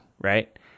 right